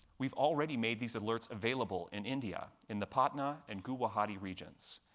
we're already made these alerts available in india, in the pat nah and guwahati regions,